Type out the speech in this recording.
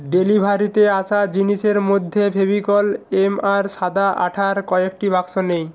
ডেলিভারিতে আসা জিনিসের মধ্যে ফেভিকল এম আর সাদা আঠার কয়েকটি বাক্স নেই